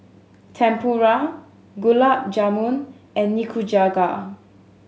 Tempura Gulab Jamun and Nikujaga